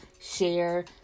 Share